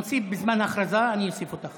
נוסיף, בזמן ההכרזה אני אוסיף אותך.